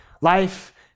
Life